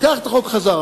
קח את החוק חזרה.